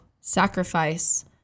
sacrifice